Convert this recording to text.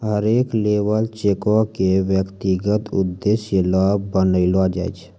हरेक लेबर चेको क व्यक्तिगत उद्देश्य ल बनैलो जाय छै